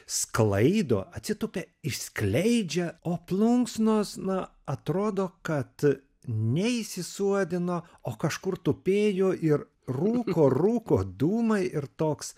sklaido atsitūpia išskleidžia o plunksnos na atrodo kad ne išsisuodino o kažkur tupėjo ir rūko rūko dūmai ir toks